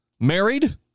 married